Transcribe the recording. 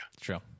True